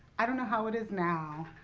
i don't know how it is now.